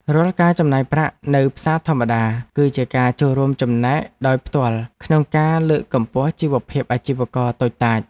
រាល់ការចំណាយប្រាក់នៅផ្សារធម្មតាគឺជាការចូលរួមចំណែកដោយផ្ទាល់ក្នុងការលើកកម្ពស់ជីវភាពអាជីវករតូចតាច។